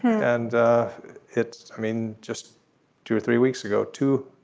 and it's i mean just two or three weeks ago two.